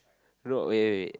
no wait wait wait